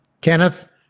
Kenneth